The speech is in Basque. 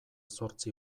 zortzi